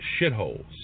shitholes